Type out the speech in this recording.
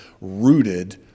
rooted